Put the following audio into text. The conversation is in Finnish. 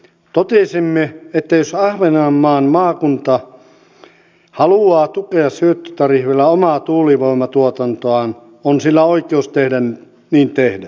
totesimme että jos ahvenanmaan maakunta haluaa tukea syöttötariffilla omaa tuulivoimatuotantoaan on sillä oikeus niin tehdä